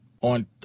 on